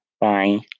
Bye